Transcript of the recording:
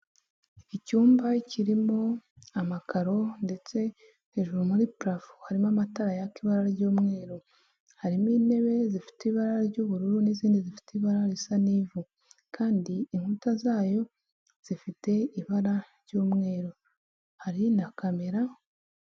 Icyumba kirimo amakaro ndetse hejuru muri prafo harimo amatara yaka ibara ry'umweru, harimo intebe zifite ibara ry'uburu n'izindi zifite ibara risa n'ivu, kandi inkuta zayo zifite ibara ry'umweru, hari na camera.